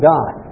God